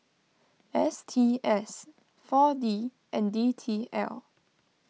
S T S four D and D T L